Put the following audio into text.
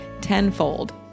tenfold